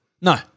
No